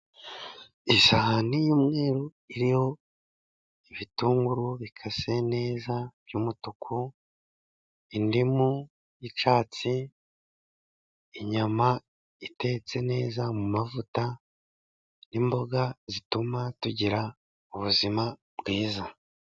Isahani y'umweru iriho ibitunguru bikase neza by'umutuku, indimu y'icyatsi, inyama itetse neza mu mavuta, n'imboga zituma tugira ubuzima bwiza.